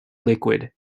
liquid